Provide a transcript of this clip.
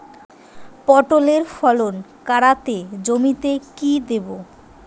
পটলের ফলন কাড়াতে জমিতে কি দেবো?